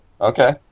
Okay